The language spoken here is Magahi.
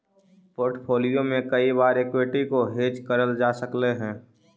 पोर्ट्फोलीओ में कई बार एक्विटी को हेज करल जा सकलई हे